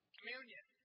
Communion